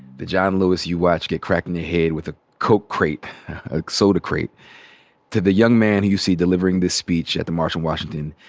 the john lewis you watched get cracked in the head with a coke crate, a soda crate, to the young man who you see delivering this speech at the march on washington,